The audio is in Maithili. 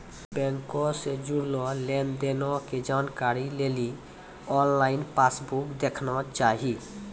बैंको से जुड़लो लेन देनो के जानकारी लेली आनलाइन पासबुक देखना चाही